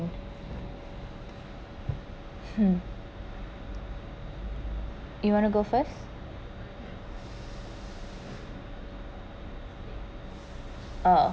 um you want to go first uh